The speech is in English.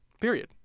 period